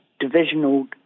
divisional